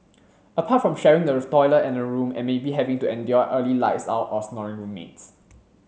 apart from sharing the toilet and a room and maybe having to endure early lights out or snoring roommates